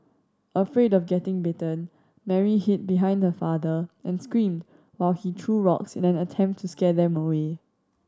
afraid of getting bitten Mary hid behind her father and screamed while he threw rocks in an attempt to scare them away